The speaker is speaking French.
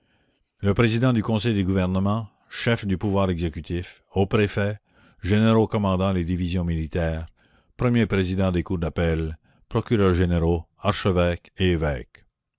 le président du conseil du gouvernement chef du pouvoir exécutif aux préfets généraux commandant les divisions militaires premiers présidents des cours d'appel procureurs généraux archevêques et évêques